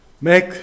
make